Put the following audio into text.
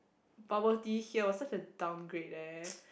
bubble tea here was such a downgrade eh